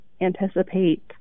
anticipate